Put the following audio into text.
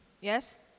Yes